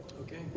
Okay